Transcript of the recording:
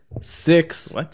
six